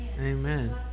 Amen